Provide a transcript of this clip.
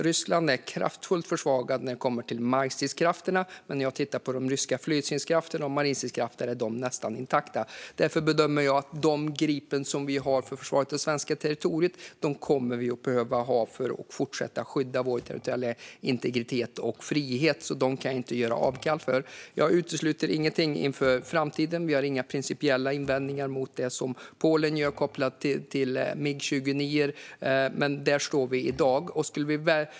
Ryssland är kraftigt försvagat när det gäller markstridskrafterna, men när jag tittar på de ryska flygstridskrafterna och marinstridskrafterna ser jag att de är nästan intakta. Därför bedömer jag att de Gripen som vi har för försvaret av det svenska territoriet kommer vi att behöva ha för att fortsätta skydda vår territoriella integritet och frihet. Dem kan jag alltså inte göra avkall på. Jag utesluter inget inför framtiden. Vi har inga principiella invändningar mot det Polen gör kopplat till MiG 29, men här står vi i dag.